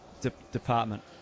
department